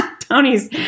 Tony's